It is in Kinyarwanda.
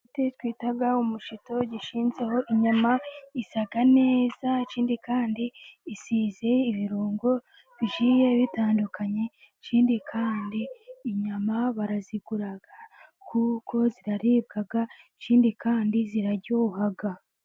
Igiti twita umushito gishinzeho inyama isa neza, ikindi kandi isize ibirungo bigiye bitandukanye, ikindi kandi inyama barazigura kuko ziraribwa. Ikindi kandi ziraryoha.